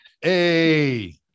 Hey